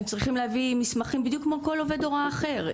הם צריכים להביא מסמכים בדיוק כמו כל עובד הוראה אחר.